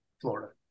Florida